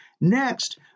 Next